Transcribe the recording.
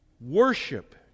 worship